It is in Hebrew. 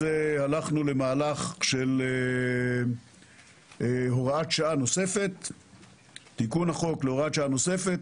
ואז הלכנו למהלך של תיקון החוק להוראת שעה נוספת.